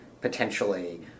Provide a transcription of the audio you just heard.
potentially